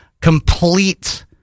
complete